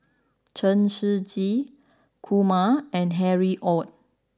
Chen Shiji Kumar and Harry Ord